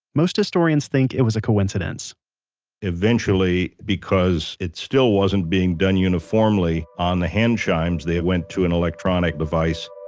most historians think it was a coincidence eventually because it still wasn't being done uniformly on the hand chimes, they went to an electronic device